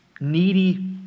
needy